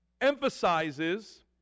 emphasizes